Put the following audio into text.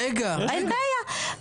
אין בעיה.